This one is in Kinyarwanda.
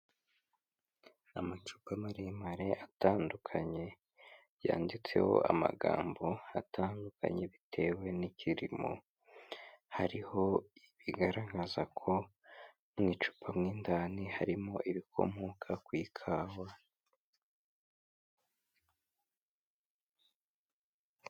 Amacupa maremare atandukanye yanditseho amagambo atandukanye bitewe n'ikirimo, hariho ibigaragaza ko mu icupa mo indani harimo ibikomoka ku ikawa.